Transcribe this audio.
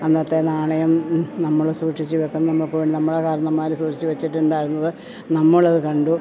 അന്നത്തെ നാണയം നമ്മൾ സൂക്ഷിച്ചു വെക്കും നമുക്ക് നമ്മുടെ കാർണവന്മാർ സൂക്ഷിച്ചു വെച്ചിട്ടുണ്ടായിരുന്നത് നമ്മളത് കണ്ടു